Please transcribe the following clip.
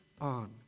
on